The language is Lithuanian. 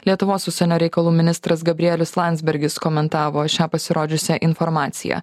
lietuvos užsienio reikalų ministras gabrielis landsbergis komentavo šią pasirodžiusią informaciją